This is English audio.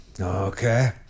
okay